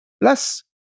Plus